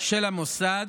של המוסד,